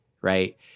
right